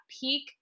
peak